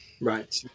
right